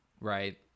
right